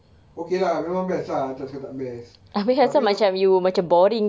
okay lah memang best lah tak cakap tak best tapi le~